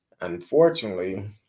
unfortunately